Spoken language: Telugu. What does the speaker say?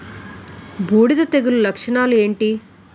బూడిద తెగుల లక్షణాలు ఏంటి?